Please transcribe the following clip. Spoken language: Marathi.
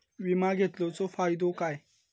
विमा घेतल्याचो फाईदो काय?